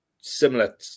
similar